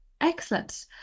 Excellent